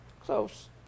Close